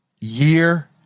year